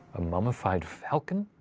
a mummified falcon?